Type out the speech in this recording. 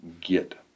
get